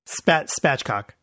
Spatchcock